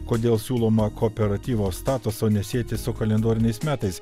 kodėl siūloma kooperatyvo statuso nesieti su kalendoriniais metais